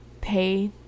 pay